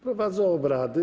Prowadzę obrady.